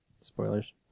Spoilers